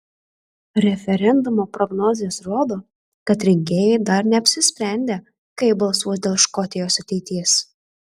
referendumo prognozės rodo kad rinkėjai dar neapsisprendę kaip balsuos dėl škotijos ateities